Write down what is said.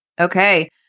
okay